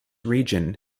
region